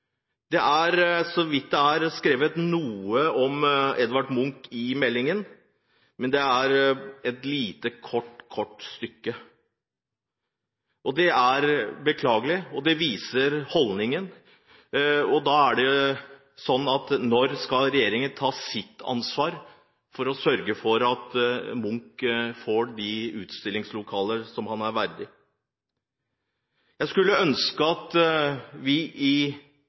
Det er så vidt det er skrevet noe om Edvard Munch i meldingen, men det er et lite kort avsnitt. Det er beklagelig, og det viser holdningen. Så når skal regjeringen ta sitt ansvar og sørge for at Munch får de utstillingslokaler som er ham verdig? Jeg skulle ønske at vi her i